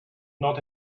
not